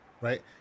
Right